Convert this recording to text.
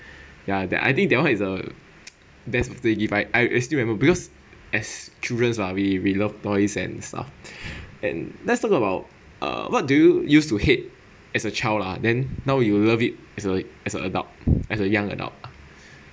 ya that I think that one is the best birthday gift I I still have have it as children lah we we love toys and stuff and let's talk about uh what do you use to hate as a child lah then now you will love it as a as a adult as a young adult